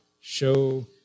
show